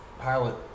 pilot